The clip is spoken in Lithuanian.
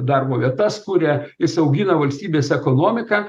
darbo vietas kuria jis augina valstybės ekonomiką